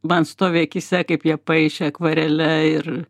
man stovi akyse kaip jie paišė akvarele ir